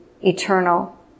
eternal